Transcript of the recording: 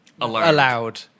allowed